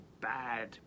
bad